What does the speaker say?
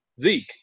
Zeke